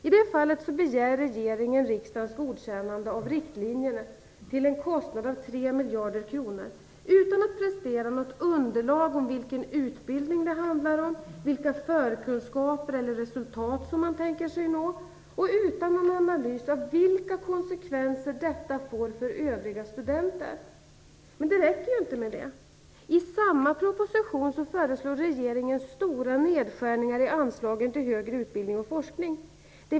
I det fallet begär regeringen riksdagens godkännande av riktlinjerna till en kostnad av 3 miljarder kronor utan att prestera något underlag om vilken utbildning det handlar om, vilka förkunskaper eller resultat man tänker sig nå och utan en analys av vilka konsekvenser detta får för övriga studenter. Men det räcker inte med det. I samma proposition föreslår regeringen stora nedskärningar i anslagen till högre utbildning och forskning.